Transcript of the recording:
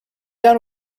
down